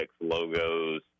logos